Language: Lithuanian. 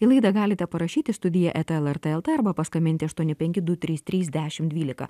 į laidą galite parašyti studija eta lrt lt arba paskambinti aštuoni penki du trys trys dešim dvylika